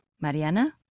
Mariana